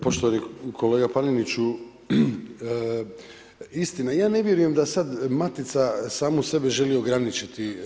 Poštovani kolega Paneniću, istina, ja ne vjerujem da sad Matica samu sebe želi ograničiti.